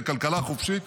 לכלכלה חופשית,